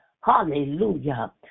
Hallelujah